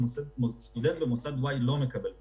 סטודנט ממוסד y לא מקבל פתרון.